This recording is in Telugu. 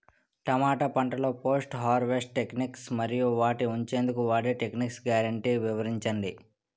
టమాటా పంటలో పోస్ట్ హార్వెస్ట్ టెక్నిక్స్ మరియు వాటిని ఉంచెందుకు వాడే టెక్నిక్స్ గ్యారంటీ వివరించండి?